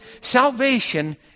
Salvation